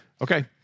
Okay